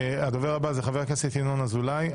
הדובר הבא חבר הכנסת ינון אזולאי,